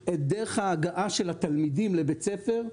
את דרך ההגעה של התלמידים לבית הספר,